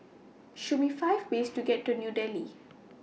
Show Me five ways to get to New Delhi